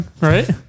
right